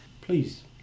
please